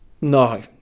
no